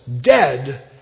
dead